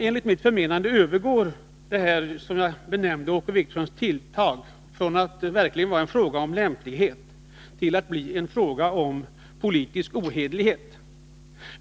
Härigenom övergår det som jag tidigare kallade ett tilltag av Åke Wictorsson från en fråga om lämplighet till en fråga om politisk ohederlighet.